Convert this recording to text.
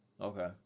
Okay